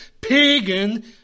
Pagan